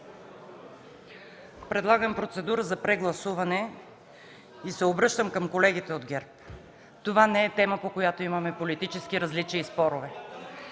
Предлагам процедурата за прегласуване и се обръщам към колегите от ГЕРБ – това не е тема, по която имаме политически различия и спорове.